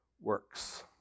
works